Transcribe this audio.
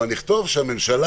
אבל נכתוב שהממשלה